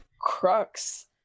crux